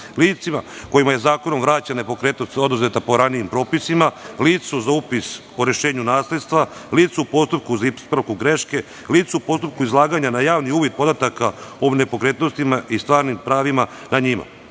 licima kojima je zakonom vraćena nepokretnost oduzeta po ranijim propisima, licu za upis o rešenju nasledstva, licu u postupku za ispravku grešku, licu u postupku izlaganja na javni uvid podataka o nepokretnostima i stvarnim pravima nad njima.